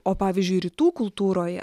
o pavyzdžiui rytų kultūroje